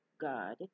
God